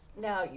Now